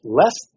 less